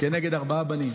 כנגד ארבעה בנים.